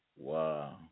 Wow